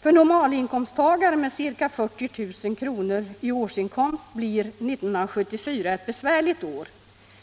”För normalinkomsttagaren med ca 40 000 kronor i årsinkomst blir 1974 ett besvärligt år.